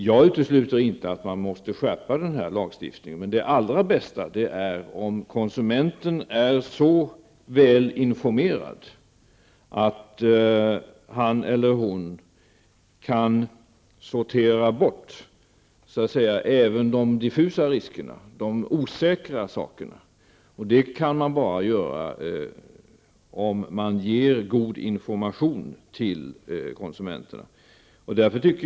Jag utesluter inte att denna lagstiftning måste skärpas, men det allra bästa är om konsumenten är så väl informerad att han eller hon kan sortera bort även de risker som skulle kunna betecknas som diffusa, dvs. det som är osäkert. Detta kan bara ske om konsumenterna ges god information.